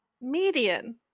median